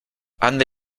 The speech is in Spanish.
ande